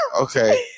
Okay